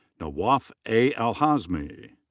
nawwaf a. alhazmi.